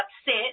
upset